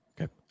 Okay